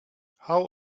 how